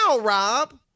Rob